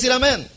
amen